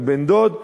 לבן-דוד.